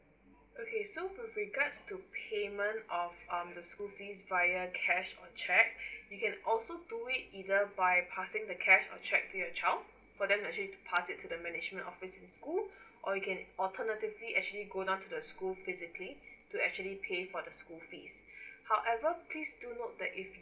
okay so with regards to payment of um the school fees via cash or cheque you can also do it either by passing the cash or cheque to your child for them to actually pass it to the management office in school or you can alternatively actually go down to the school physically to actually pay for the school fees however please do note that if